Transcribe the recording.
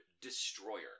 Destroyer